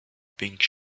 pink